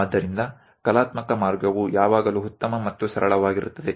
તેથી કલાત્મક રીત ચિત્રકામ ને રજૂઆત કરવાની હંમેશા સરસ અને સરળ હોય છે